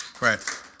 Right